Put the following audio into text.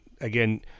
Again